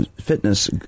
fitness